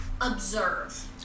observe